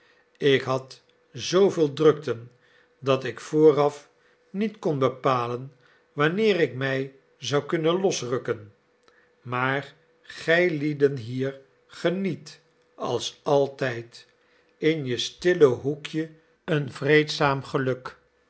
ik had zooveel drukten dat ik vooraf niet kon bepalen wanneer ik mij zou kunnen losrukken maar gijlieden hier geniet als altijd in je stille hoekje een vreedzaam geluk